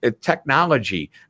technology